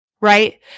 right